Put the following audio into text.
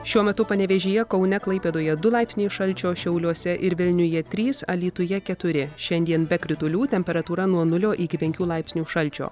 šiuo metu panevėžyje kaune klaipėdoje du laipsniai šalčio šiauliuose ir vilniuje trys alytuje keturi šiandien be kritulių temperatūra nuo nulio iki penkių laipsnių šalčio